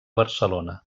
barcelona